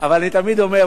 אבל אני תמיד אומר,